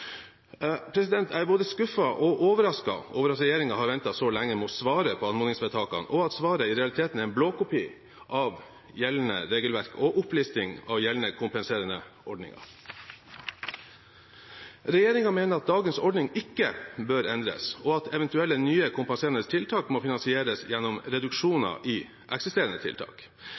Jeg er både skuffet og overrasket over at regjeringen har ventet så lenge med å svare på anmodningsvedtakene, og at svaret i realiteten er en blåkopi av gjeldende regelverk og opplisting av gjeldende kompenserende ordninger. Regjeringen mener at dagens ordning ikke bør endres, og at eventuelle nye kompenserende tiltak må finansieres gjennom